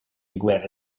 guerre